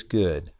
good